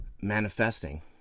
Manifesting